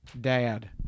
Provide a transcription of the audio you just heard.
dad